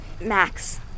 Max